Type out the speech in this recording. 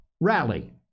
rally